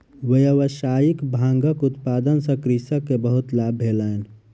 व्यावसायिक भांगक उत्पादन सॅ कृषक के बहुत लाभ भेलैन